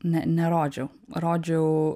ne nerodžiau rodžiau